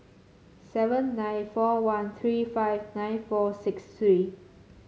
seven nine four one three five nine four six three